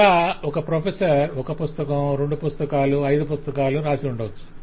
ఇలా ఒక ప్రొఫెసర్ ఒక పుస్తకం రెండు పుస్తకాలు 5 పుస్తకాలు రాసి ఉండవచ్చు